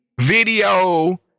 video